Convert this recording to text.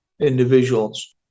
individuals